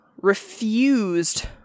refused